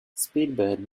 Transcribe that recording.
speedbird